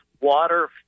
water